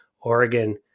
Oregon